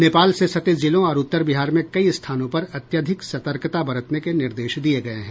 नेपाल से सटे जिलों और उत्तर बिहार में कई स्थानों पर अत्यधिक सतर्कता बरतने के निर्देश दिये गये हैं